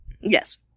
Yes